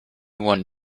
one